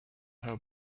her